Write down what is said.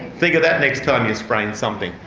think of that next time you sprain something.